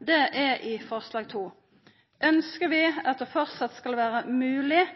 er forslag nr. 2: Ønskjer vi at det framleis skal vera mogleg